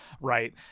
Right